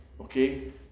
okay